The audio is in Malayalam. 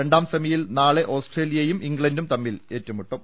രണ്ടാം സെമിയിൽ നാളെ ഓസ്ട്രേലിയയും ഇംഗ്ലണ്ടും തമ്മിൽ ഏറ്റുമുട്ടും